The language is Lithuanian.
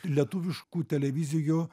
lietuviškų televizijų